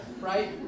right